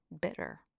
bitter